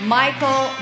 michael